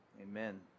amen